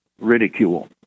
Ridicule